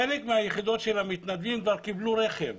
חלק מהיחידות של המתנדבים כבר קיבלו רכב